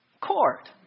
court